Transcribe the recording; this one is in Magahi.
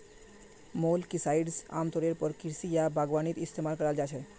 मोलस्किसाइड्स आमतौरेर पर कृषि या बागवानीत इस्तमाल कराल जा छेक